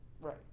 right